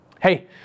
Hey